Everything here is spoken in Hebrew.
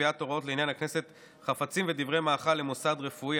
קביעת הוראות לעניין הכנסת חפצים ודברי מאכל למוסד רפואי),